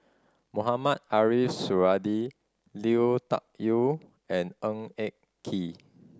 Mohamed Ariff Suradi Lui Tuck Yew and Ng Eng Kee